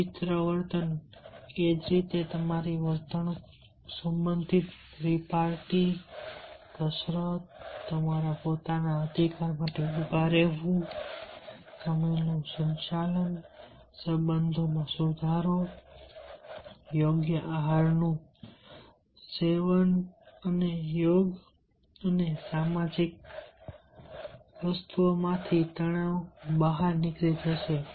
વિચિત્ર વર્તન એ જ રીતે તમારા વર્તણૂક સંબંધી રિપાર્ટી કસરત તમારા પોતાના અધિકાર માટે ઊભા રહેવું સમયનું સંચાલન સંબંધોમાં સુધારો યોગ્ય આહારનું સંચાલન અને યોગ અને સામાજિક માંથી તણાવ બહાર નીકળી જશે